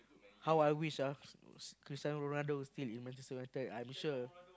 how I wish ah s~ s~ Christiano-Ronaldo still in Manchester-United I am sure